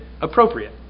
appropriate